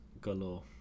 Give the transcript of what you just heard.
galore